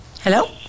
Hello